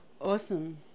Awesome